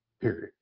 Period